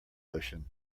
ocean